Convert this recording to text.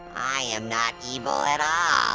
i am not evil at all.